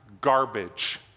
garbage